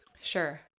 Sure